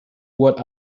what